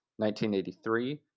1983